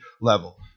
level